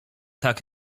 tak